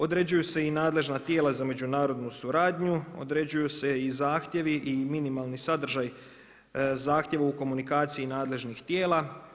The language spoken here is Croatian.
Određuju se i nadležna tijela za međunarodnu suradnju, određuju se i zahtjevi i minimalni sadržaji zahtjeva u komunikaciji nadležnih tijela.